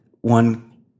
one